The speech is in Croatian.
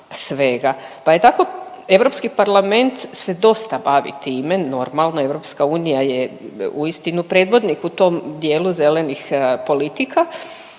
pa je tako Europski parlament se dosta bavi time, normalno, EU je uistinu predvodnik u tom dijelu zelenih politika.